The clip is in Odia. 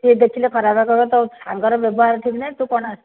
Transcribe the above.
ସିଏ ଦେଖିଲେ ଖରାପ ଭାବିବ ତୋ ସାଙ୍ଗର ବ୍ୟବହାର ଠିକ୍ ନାହିଁ ତୁ କ'ଣ ଆସିଛୁ